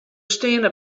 steane